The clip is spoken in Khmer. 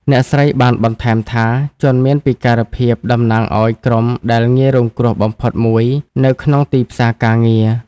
អ្នកស្រីបានបន្ថែមថា ជនមានពិការភាពតំណាងឱ្យក្រុមដែលងាយរងគ្រោះបំផុតមួយនៅក្នុងទីផ្សារការងារ។